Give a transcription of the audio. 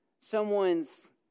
someone's